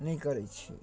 नहि करै छी